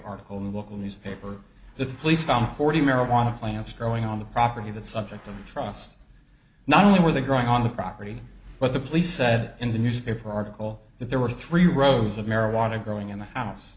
article in the local newspaper that the police found forty marijuana plants growing on the property the subject of trust not only with the growing on the property but the police said in the newspaper article that there were three rows of marijuana growing in the house